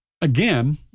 again